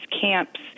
camps